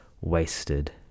wasted